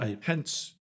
Hence